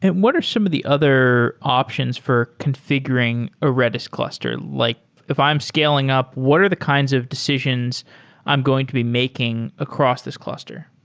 and what are some of the other options for configuring a redis cluster? like if i'm scaling up, what are the kinds of decisions i'm going to be making across this cluster?